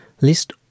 List